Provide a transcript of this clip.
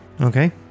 Okay